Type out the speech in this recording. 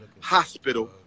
Hospital